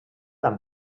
amb